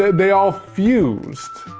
they all fused.